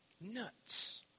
nuts